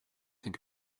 think